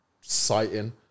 sighting